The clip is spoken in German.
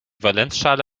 valenzschale